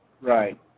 Right